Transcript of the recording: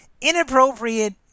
inappropriate